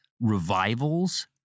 revivals